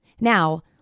Now